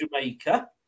Jamaica